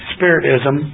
Spiritism